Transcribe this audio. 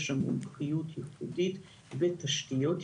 שם מומחיות ייחודית ותשתיות ייחודיות.